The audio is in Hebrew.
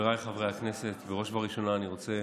חבריי חברי הכנסת, בראש ובראשונה אני רוצה